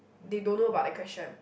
they don't know about that question